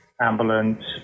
ambulance